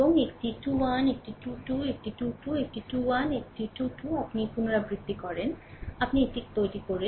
এবং একটি 21 একটি 2 2 একটি 2 2 একটি 21 একটি 2 2 আপনি পুনরাবৃত্তি করেন আপনি এটি এটিকে তৈরি করেন